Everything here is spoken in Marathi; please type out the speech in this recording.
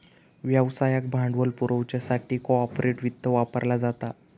व्यवसायाक भांडवल पुरवच्यासाठी कॉर्पोरेट वित्त वापरला जाता